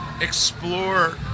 explore